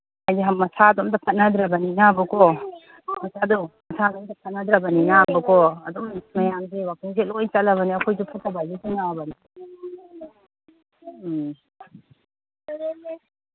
ꯍꯥꯏꯗꯤ ꯃꯁꯥꯁꯨ ꯑꯝꯇ ꯐꯠꯅꯗ꯭ꯔꯕꯅꯤꯅꯕꯀꯣ ꯑꯁ ꯑꯗꯣ ꯃꯁꯥꯁꯨ ꯑꯝꯇ ꯐꯠꯅꯗ꯭ꯔꯕꯅꯤꯅꯕꯀꯣ ꯑꯗꯨꯝ ꯃꯌꯥꯝꯁꯦ ꯋꯥꯀꯤꯡꯁꯦ ꯂꯣꯏ ꯆꯠꯂꯕꯅꯦꯕ ꯑꯩꯈꯣꯏꯁꯨ ꯐꯠꯇꯕꯗ ꯆꯤꯡꯉꯛꯑꯕꯅꯦ ꯎꯝ